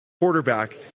quarterback